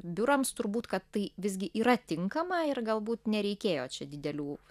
biurams turbūt kad tai visgi yra tinkama ir galbūt nereikėjo čia didelių